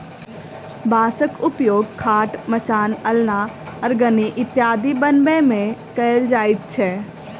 बाँसक उपयोग खाट, मचान, अलना, अरगनी इत्यादि बनबै मे कयल जाइत छै